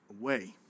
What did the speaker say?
away